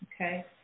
Okay